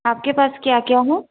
आपके पास क्या क्या है